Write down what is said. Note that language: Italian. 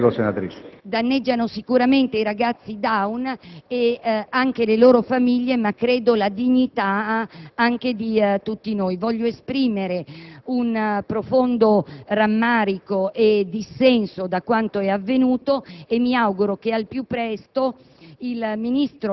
danneggiano sicuramente i ragazzi Down e le loro famiglie, ma credo anche la dignità di tutti noi. Voglio esprimere un profondo rammarico e dissenso per quanto è avvenuto e mi auguro che al più presto